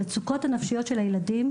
המצוקות הנפשיות של הילדים,